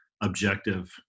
objective